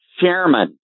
chairman